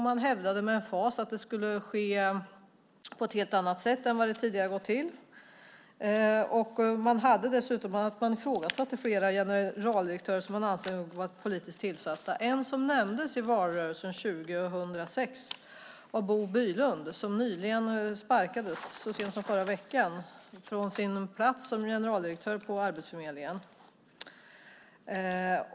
Man hävdade med emfas att tillsättningar skulle ske på ett helt annat sätt än som det tidigare hade gått till. Dessutom ifrågasatte man flera generaldirektörer som man ansåg var politiskt tillsatta. En som nämndes i valrörelsen 2006 var Bo Bylund, som så sent som förra veckan sparkades från sin plats som generaldirektör på Arbetsförmedlingen.